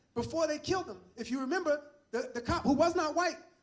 before they killed him, if you remember, the the cop, who was not white,